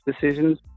decisions